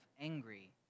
angry